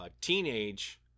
teenage